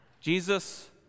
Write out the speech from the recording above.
Jesus